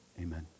amen